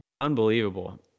Unbelievable